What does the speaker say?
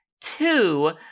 two